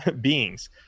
beings